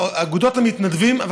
אגודות המתנדבים.